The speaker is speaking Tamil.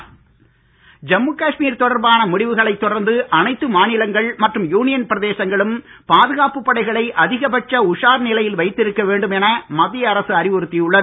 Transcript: உஷார் ஜம்மு காஷ்மீர் தொடர்பான முடிவுகளைத் தொடர்ந்து அனைத்து மாநிலங்கள் மற்றும் யூனியன் பிரதேசங்களும் பாதுகாப்பு படைகளை அதிக பட்ச உஷார் நிலையில் வைத்திருக்க வேண்டும் என மத்திய அரசு அறிவுறுத்தி உள்ளது